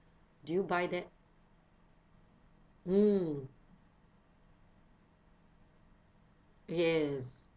do you buy that mm yes